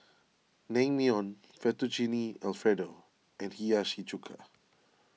Naengmyeon Fettuccine Alfredo and Hiyashi Chuka